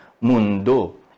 mundo